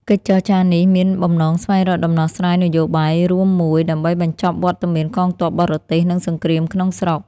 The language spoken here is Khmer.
កិច្ចចរចានេះមានបំណងស្វែងរកដំណោះស្រាយនយោបាយរួមមួយ ដើម្បីបញ្ចប់វត្តមានកងទ័ពបរទេស និងសង្គ្រាមក្នុងស្រុក។